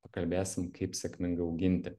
pakalbėsim kaip sėkmingai auginti